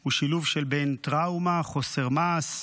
הוא שילוב של בין טראומה, חוסר מעש,